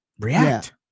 react